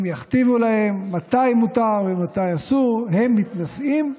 הם יכתיבו להם מתי מותר ומתי אסור, והם מתנשאים,